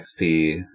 XP